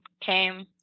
came